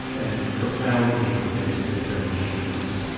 and profoundly convinced of his own genius.